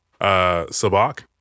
Sabak